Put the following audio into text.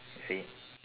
see